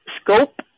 Scope